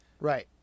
Right